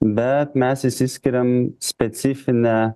bet mes išsiskiriam specifine